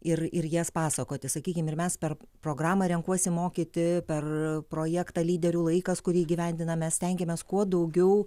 ir ir jas pasakoti sakykim ir mes per programą renkuosi mokyti per projektą lyderių laikas kurį įgyvendinam mes stengiamės kuo daugiau